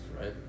right